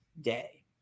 day